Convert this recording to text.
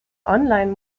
online